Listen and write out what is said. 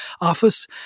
office